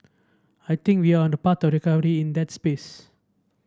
I think we're on a path to recovery in that's space